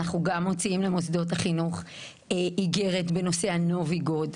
אנחנו גם מוציאים למוסדות החינוך איגרת בנושא הנובי גוד,